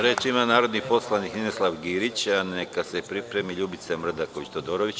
Reč ima narodni poslanik Ninoslav Girić, a neka se pripremi Ljubica Mrdaković Todorović.